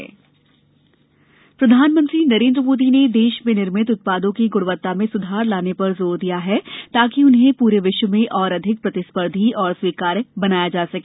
PM P L I budget प्रधानमंत्री नरेन्द्र मोदी ने देश में निर्मित उत्पादों की गुणवत्ता में सुधार लाने पर जोर दिया है ताकि उन्हें पूरे विश्व में और अधिक प्रतिस्पर्धी और स्वीकार्य बनाया जा सके